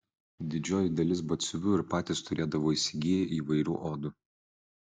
didžioji dalis batsiuvių ir patys turėdavo įsigiję įvairių odų